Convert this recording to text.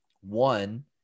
one